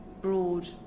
broad